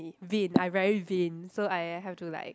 vain I very vainn so I have to like